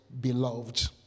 beloved